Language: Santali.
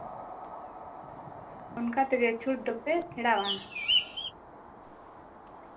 ᱚᱱᱠᱟ ᱛᱮᱜᱮ ᱪᱷᱩᱸᱛ ᱫᱚᱯᱮ ᱯᱷᱮᱲᱟᱣᱟ